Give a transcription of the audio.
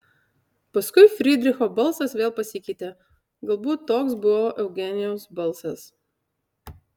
paskui frydricho balsas vėl pasikeitė galbūt toks buvo eugenijaus balsas